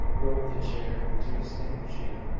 roped the chair to a stanchion,